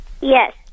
Yes